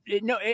no